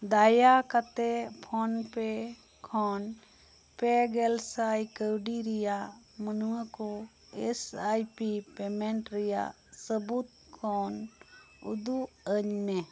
ᱫᱟᱭᱟ ᱠᱟᱛᱮᱫ ᱯᱷᱳᱱ ᱯᱮ ᱠᱷᱚᱱ ᱯᱮ ᱜᱮᱞᱥᱟᱭ ᱠᱟᱹᱣᱰᱤ ᱨᱮᱭᱟᱜ ᱢᱟᱹᱱᱣᱟᱹ ᱠᱚ ᱮᱥ ᱟᱭ ᱯᱤ ᱯᱮᱢᱮᱸᱴ ᱨᱮᱭᱟᱜ ᱥᱟᱵᱩᱫᱽ ᱠᱷᱚᱱ ᱩᱫᱩᱜ ᱟᱹᱧ ᱢᱮ